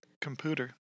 computer